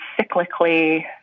cyclically